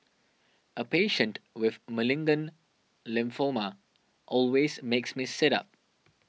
a patient with malignant lymphoma always makes me sit up